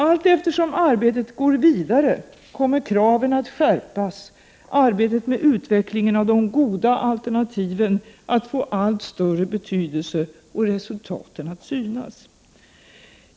Allteftersom arbetet går vidare kommer kraven att skärpas, arbetet med utvecklingen av de goda alternativen att få allt större betydelse och resultaten att synas.